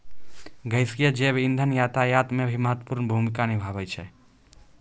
गैसीय जैव इंधन यातायात म भी महत्वपूर्ण भूमिका निभावै छै